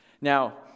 Now